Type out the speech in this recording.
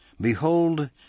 Behold